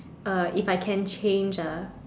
uh if I can change ah